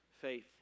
faith